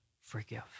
forgive